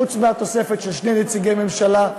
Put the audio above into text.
חוץ מהתוספת של שני נציגי ממשלה,